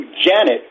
Janet